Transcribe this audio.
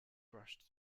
brushed